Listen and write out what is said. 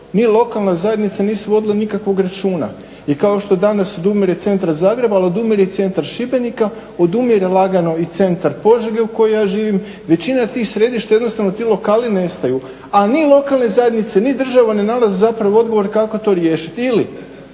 ni lokalna zajednica nisu vodile nikakvog računa. I kao što danas odumire centar Zagreba ali odumire centar Šibenika, odumire lagano i centar Požege u kojoj ja živim. Većina tih središta jednostavno ti lokali nestaju, ali ni lokalne zajednice ni država ne nalaze odgovor kako to riješiti